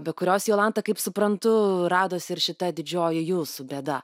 be kurios jolanta kaip suprantu radosi ir šita didžioji jūsų bėda